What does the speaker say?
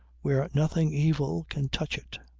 where nothing evil can touch it.